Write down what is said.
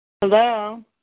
Hello